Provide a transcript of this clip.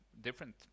different